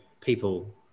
people